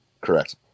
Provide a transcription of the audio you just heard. Correct